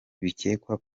bikekwa